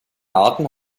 arten